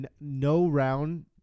no-round